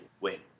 win